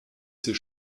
ces